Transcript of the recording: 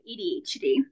ADHD